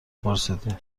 پرسیدی